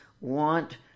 want